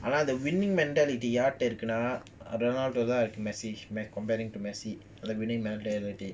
I like the winning mentality யார்கிட்டஇருக்குன்னாரொனால்டோகிட்டதான்இருக்கு:yarkita irukuna ronaldokita than iruku comparing to messi